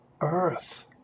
earth